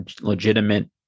legitimate